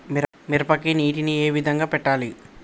మిరపకి నీటిని ఏ విధంగా పెట్టాలి?